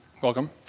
welcome